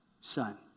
son